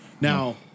now